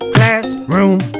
Classroom